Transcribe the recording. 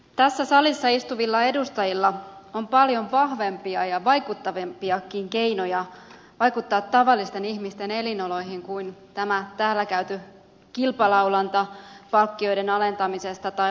tässä salissa istuvilla edustajilla on paljon vahvempia ja vaikuttavampiakin keinoja vaikuttaa tavallisten ihmisten elinoloihin kuin tämä täällä käyty kilpalaulanta palkkioiden alentamisesta tai lahjoittamisesta